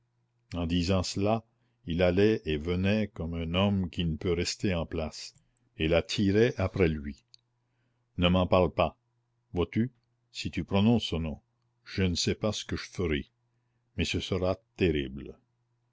en disant cela il allait et venait comme un homme qui ne peut rester en place et la tirait après lui ne m'en parle pas vois-tu si tu prononces ce nom je ne sais pas ce que je ferai mais ce sera terrible